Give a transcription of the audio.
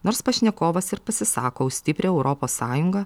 nors pašnekovas ir pasisako už stiprią europos sąjungą